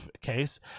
case